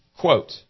Quote